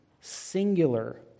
singular